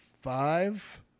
five